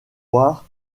war